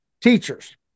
teachers